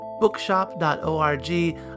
Bookshop.org